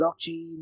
Blockchain